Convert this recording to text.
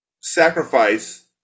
sacrifice